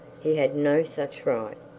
he had no such right.